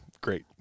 Great